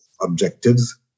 objectives